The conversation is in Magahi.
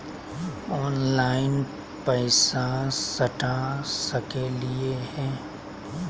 ऑनलाइन पैसा सटा सकलिय है?